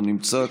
לא נמצא,